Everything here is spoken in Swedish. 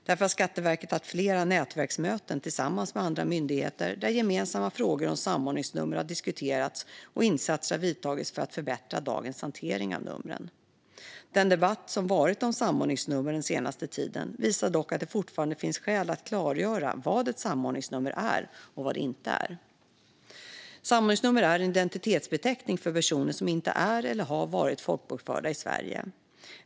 Skatteverket har också haft flera nätverksmöten tillsammans med andra myndigheter där gemensamma frågor om samordningsnummer har diskuterats, och insatser har genomförts för att förbättra dagens hantering av numren. Den debatt som har varit om samordningsnummer den senaste tiden visar dock att det fortfarande finns skäl att klargöra vad ett samordningsnummer är och vad det inte är. Samordningsnummer är en identitetsbeteckning för personer som inte är eller har varit folkbokförda i Sverige.